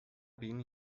been